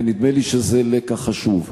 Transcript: ונדמה לי שזה לקח חשוב.